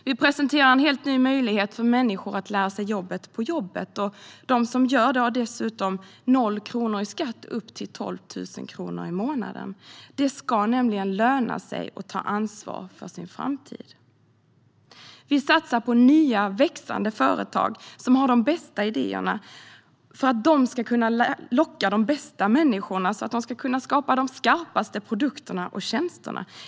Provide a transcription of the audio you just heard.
Vi presenterar också en helt ny möjlighet för människor att lära sig jobbet på jobbet, och de som gör det betalar dessutom 0 kronor i skatt upp till 12 000 kronor i månaden. Det ska nämligen löna sig att ta ansvar för sin framtid. Vi satsar på nya och växande företag som har de bästa idéerna, för att de ska kunna locka de bästa människorna och skapa de skarpaste produkterna och tjänsterna.